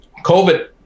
COVID